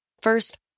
First